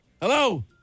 Hello